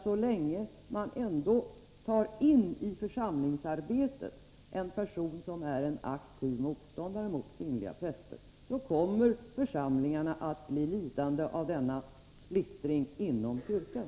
Så länge man ändå i församlingsarbetet tar in en person som är aktiv motståndare mot kvinnliga präster kommer församlingarna att bli lidande av denna splittring inom kyrkan.